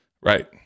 right